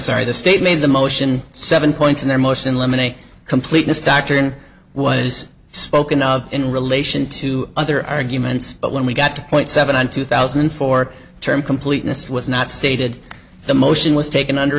sorry the state made the motion seven points in their motion lemony completeness doctrine was spoken of in relation to other arguments but when we got to point seven and two thousand and four term completeness was not stated the motion was taken under